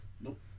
Nope